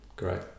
great